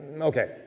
okay